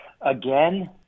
again